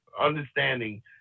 understanding